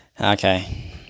Okay